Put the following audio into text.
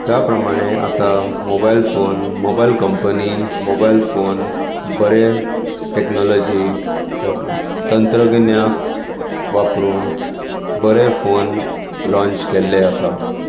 त्या प्रमाणे आता mobile phone mobile company mobile phone बरें टेक्नोलोजी तंत तंत्रगिन्याक वापरून बरें फोन लाॅच केल्ले आसात